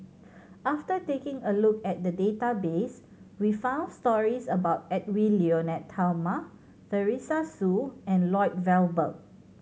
after taking a look at the database we found stories about Edwy Lyonet Talma Teresa Hsu and Lloyd Valberg